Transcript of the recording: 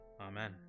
Amen